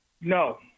No